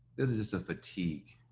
this is just a fatigue.